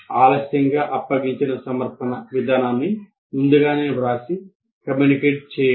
ఆలస్యంగా అప్పగించిన సమర్పణ విధానాన్ని ముందుగానే వ్రాసి కమ్యూనికేట్ చేయాలి